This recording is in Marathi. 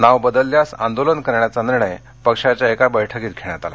नाव बदलल्यास आंदोलन करण्याचा निर्णय पक्षाच्या एका बैठकीत घेण्यात आला